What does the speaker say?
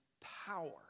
power